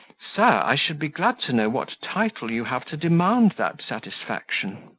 sir, i should be glad to know what title you have to demand that satisfaction?